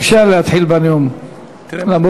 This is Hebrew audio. אפשר להתחיל בנאום למרות,